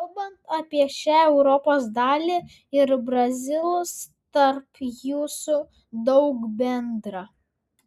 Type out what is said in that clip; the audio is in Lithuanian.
kalbant apie šią europos dalį ir brazilus tarp jūsų daug bendra